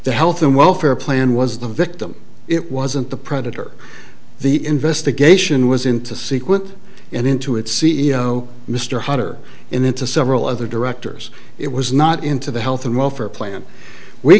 the health and welfare plan was the victim it wasn't the predator the investigation was into sequent and into its c e o mr hunter and into several other directors it was not into the health and welfare plan we